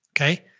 okay